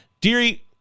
Deary